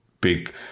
big